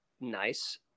nice